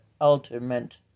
ultimate